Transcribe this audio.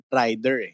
rider